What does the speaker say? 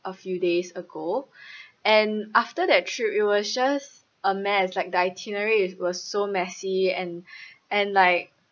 a few days ago and after that trip it was just a mess like the itinerary it was so messy and and like